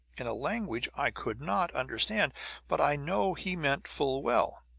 in a language i could not understand but i know he meant full well.